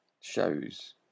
shows